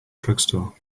drugstore